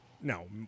No